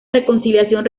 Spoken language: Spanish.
reconciliación